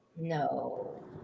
No